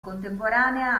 contemporanea